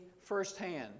firsthand